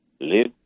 live